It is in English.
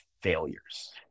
failures